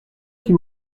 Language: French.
qui